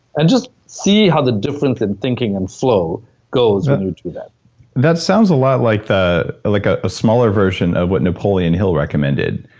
and just see how the difference in thinking and flow goes when you do that that sounds a lot like like ah a smaller version of what napoleon hill recommended.